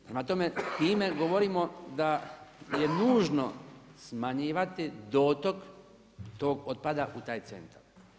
Prema tome, time govorimo da je nužno smanjivati dotok tog otpada u taj centar.